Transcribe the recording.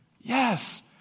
Yes